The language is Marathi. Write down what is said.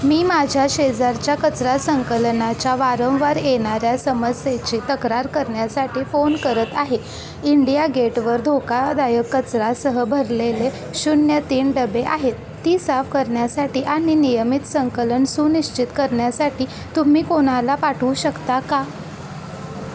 मी माझ्या शेजारच्या कचरा संकलनाच्या वारंवार येणाऱ्या समस्येची तक्रार करण्यासाठी फोन करत आहे इंडिया गेटवर धोकादायक कचरासह भरलेले शून्य तीन डबे आहेत ती साफ करण्यासाठी आणि नियमित संकलन सुनिश्चित करण्यासाठी तुम्ही कोणाला पाठवू शकता का